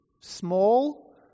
small